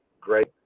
great